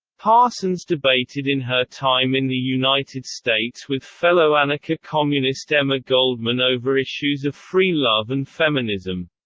parsons debated in her time in the united states with fellow anarcha-communist emma goldman over issues of free love and feminism.